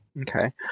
okay